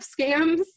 scams